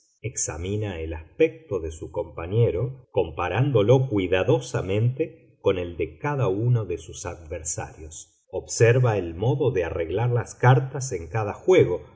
examina el aspecto de su compañero comparándolo cuidadosamente con el de cada uno de sus adversarios observa el modo de arreglar las cartas en cada juego